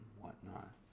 whatnot